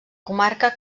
comarca